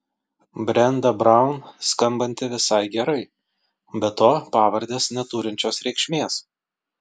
brenda braun skambanti visai gerai be to pavardės neturinčios reikšmės